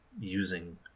using